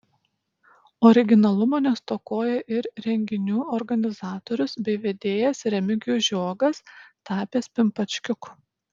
originalumo nestokojo ir renginių organizatorius bei vedėjas remigijus žiogas tapęs pimpačkiuku